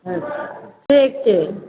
हँ ठीक छै